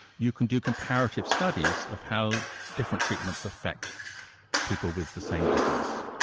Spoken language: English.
you can do comparative studies of how different treatments affect people with the same disease.